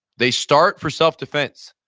they start for self defense,